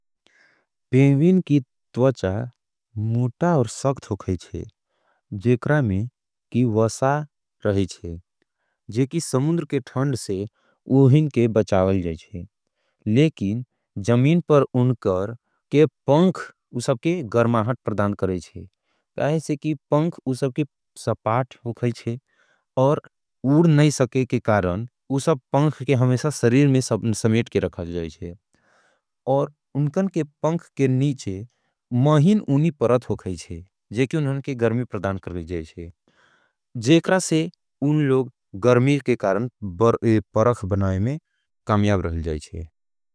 भेविन की त्वचा मुटा और सक्थ होगाईचे, जेक्रा में की वसा रहीचे, जेकी समुद्र के थंड से उहिन के बचावल जाईचे। लेकिन जमीन पर उनकर के पंख उससे के गर्महट प्रदान करेचे। तैसे की पंख उससे के सपाथ होगाईचे और उड़ नहीं सके के कारण उससे पंख के हमेसा सरीर में समेट के रखा जाईचे। और उनकर के पंख के नीचे महिन उनी परत होगाईचे, जेकी उनकर के गर्महट प्रदान करेचे। जेकी उनकर के गर्महट प्रदान करेचे।